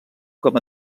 com